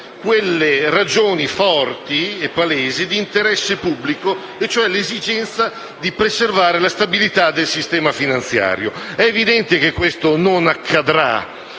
ragioni forti e palesi di interesse pubblico e cioè l'esigenza di preservare la stabilità del sistema finanziario. È evidente che ciò non accadrà